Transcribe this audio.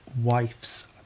wife's